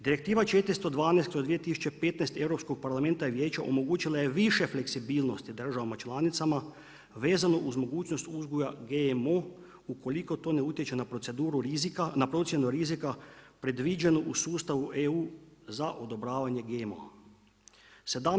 Direktiva 412/2015 Europskog parlamenta i Vijeća omogućila je više fleksibilnosti državama članicama vezano uz mogućnost uzgoja GMO ukoliko to ne utječe na proceduru rizika na procjenu rizika predviđenu u sustavu EU za odobravanje GMO-a.